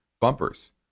bumpers